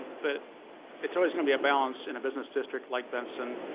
but it's always going to be a balance in a business district like benson,